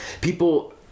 people